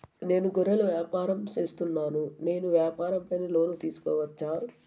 నేను గొర్రెలు వ్యాపారం సేస్తున్నాను, నేను వ్యాపారం పైన లోను తీసుకోవచ్చా?